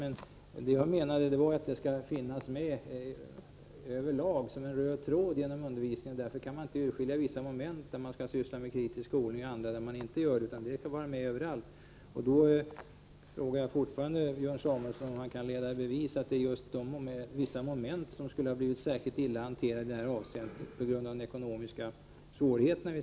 Det jag menade var att kritisk skolning skall finnas med över lag, som en röd tråd genom undervisningen, och att man därför inte kan skilja ut vissa moment som behandlar detta, medan andra inte gör det. Jag frågar återigen Björn Samuelson om han kan leda i bevis att vissa moment skulle ha blivit särskilt illa hanterade i det här avseendet på grund av våra ekonomiska svårigheter.